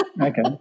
Okay